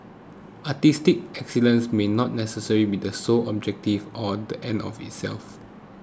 artistic excellence may not necessarily be the sole objective or the end of itself